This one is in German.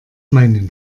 meinen